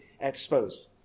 exposed